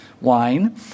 wine